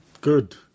Good